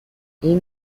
این